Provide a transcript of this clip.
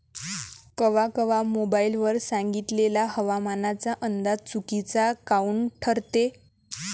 कवा कवा मोबाईल वर सांगितलेला हवामानाचा अंदाज चुकीचा काऊन ठरते?